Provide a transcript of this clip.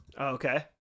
Okay